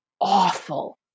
awful